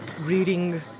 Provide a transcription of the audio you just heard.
reading